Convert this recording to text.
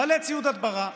מלא ציוד הדברה,